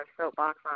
soapbox